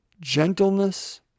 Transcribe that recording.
gentleness